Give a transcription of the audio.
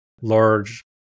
large